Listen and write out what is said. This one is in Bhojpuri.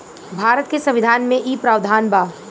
भारत के संविधान में इ प्रावधान बा